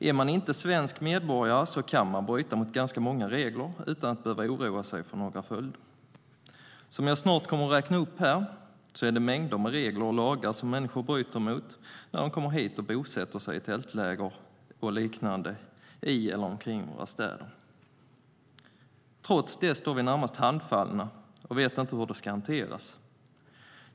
Är man inte svensk medborgare kan man bryta mot ganska många regler utan att behöva oroa sig för några följder. Det är mängder med regler och lagar, som jag snart kommer att räkna upp, som människor bryter mot när de kommer hit och bosätter sig i tältläger och liknande, i eller omkring våra städer. Trots det står vi närmast handfallna och vet inte hur det ska hanteras.